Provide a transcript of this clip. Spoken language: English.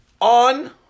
on